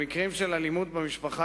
במקרים של אלימות במשפחה,